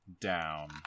down